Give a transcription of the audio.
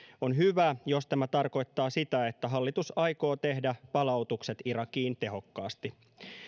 on hyvä jos tämä tarkoittaa sitä että hallitus aikoo tehdä palautukset irakiin tehokkaasti